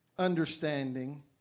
understanding